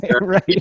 right